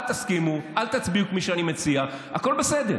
אל תסכימו, אל תצביעו כפי שאני מציע, הכול בסדר,